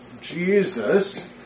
Jesus